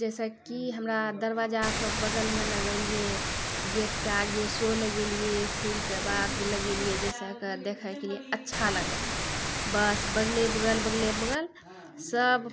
जाहिसँ कि हमरा दरवाजाके बगलमे लगलियै गेटके आगे सेहो लगेलियै फूलके बाग लगेलियै जाहिसँ कि देखयके लिए अच्छा लगै बस बगले बगल बगले बगलसभ